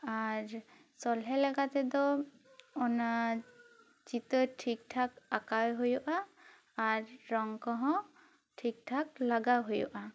ᱟᱨ ᱥᱚᱞᱦᱮ ᱞᱮᱠᱟ ᱛᱮᱫᱚ ᱚᱱᱟ ᱪᱤᱛᱟᱹᱨ ᱴᱷᱤᱠ ᱴᱷᱟᱠ ᱟᱸᱠᱟᱣ ᱦᱩᱭᱩᱜᱼᱟ ᱟᱨ ᱨᱚᱝ ᱠᱚᱦᱚᱸ ᱴᱷᱤᱠ ᱴᱷᱟᱠ ᱞᱟᱜᱟᱣ ᱦᱩᱭᱩᱜᱼᱟ